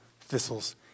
thistles